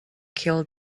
killed